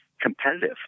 competitive